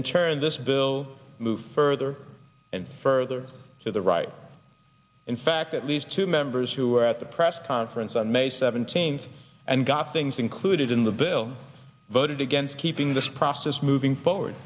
in turn this bill moved further and further to the right in fact at least two members who were at the press conference on may seventeenth and got things included in the bill voted against keeping this process moving forward